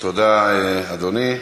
תודה, אדוני.